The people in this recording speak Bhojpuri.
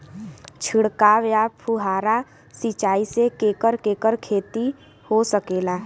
छिड़काव या फुहारा सिंचाई से केकर केकर खेती हो सकेला?